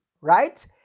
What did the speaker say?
right